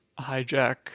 hijack